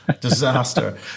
disaster